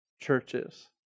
churches